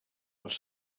els